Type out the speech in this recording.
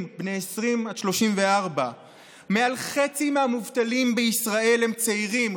בני 20 עד 34. מעל חצי מהמובטלים בישראל הם צעירים,